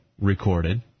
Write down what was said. recorded